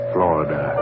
Florida